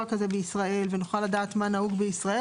כזה בישראל ונוכל לדעת מה נהוג בישראל,